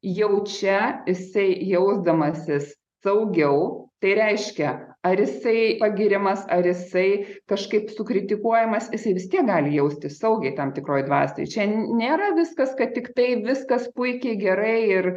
jau čia jisai jausdamasis saugiau tai reiškia ar jisai pagiriamas ar jisai kažkaip sukritikuojamas jisai vis tiek gali jaustis saugiai tam tikroj dvasioj čia nėra viskas kad tiktai viskas puikiai gerai ir